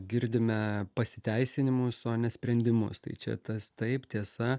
girdime pasiteisinimus o ne sprendimus tai čia tas taip tiesa